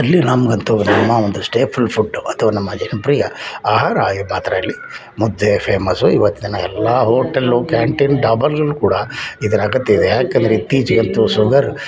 ಇಲ್ಲಿ ನಮ್ಗೆ ಅಂತೂ ನಮ್ಮ ಒಂದು ಸ್ಟೇ ಫ್ರೀ ಫುಡ್ಡು ಅಥ್ವಾ ನಮ್ಮ ಜನಪ್ರಿಯ ಆಹಾರ ಈ ಪಾತ್ರೆಯಲ್ಲಿ ಮುದ್ದೆ ಫೇಮಸು ಈವತ್ತಿನ ಎಲ್ಲ ಹೋಟೆಲ್ಲು ಕ್ಯಾಂಟೀನ್ ಡಾಬಾದಲ್ಲೂ ಕೂಡ ಇದ್ರ ಅಗತ್ಯ ಇದೆ ಯಾಕಂದ್ರೆ ಇತ್ತೀಚೆಗೆ ಅಂತೂ ಶುಗರ್